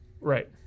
Right